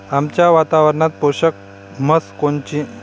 आमच्या वातावरनात पोषक म्हस कोनची?